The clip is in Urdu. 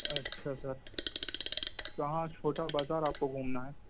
اچھا سر کہاں چھوٹا بازار آپ کو گھومنا ہے